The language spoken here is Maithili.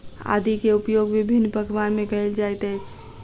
आदी के उपयोग विभिन्न पकवान में कएल जाइत अछि